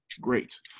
great